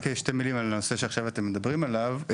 רק שתי מילים על הנושא שעכשיו אתם מדברים עליו.